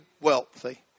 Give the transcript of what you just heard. wealthy